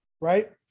Right